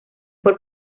por